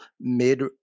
mid